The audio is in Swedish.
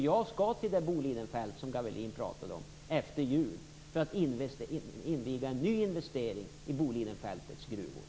Jag skall till det Bolidenfält som Gavelin pratar om efter jul för att inviga en ny investering i Bolidenfältets gruvor.